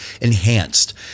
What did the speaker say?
enhanced